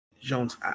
Jones